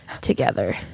together